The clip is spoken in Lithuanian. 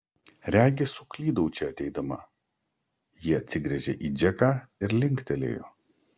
regis suklydau čia ateidama ji atsigręžė į džeką ir linktelėjo